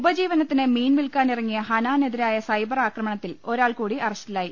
ഉപ ജീ വ ന ത്തിന് മീൻ വിൽക്കാനിറങ്ങിയ ഹനാനെതിരായ സൈബർ ആക്രമണത്തിൽ ഒരാൾ കൂടി അറ സ്റ്റിലായി